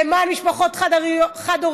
למען משפחות חד-הוריות,